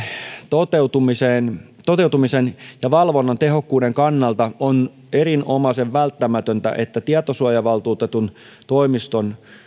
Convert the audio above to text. toteutumisen toteutumisen ja valvonnan tehokkuuden kannalta on erinomaisen välttämätöntä että tietosuojavaltuutetun toimiston